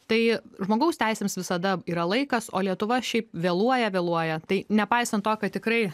tai žmogaus teisėms visada yra laikas o lietuva šiaip vėluoja vėluoja tai nepaisant to kad tikrai